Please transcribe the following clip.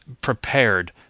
prepared